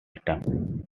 time